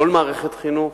כל מערכת חינוך,